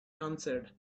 answered